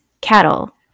cattle